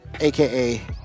AKA